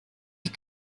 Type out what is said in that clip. die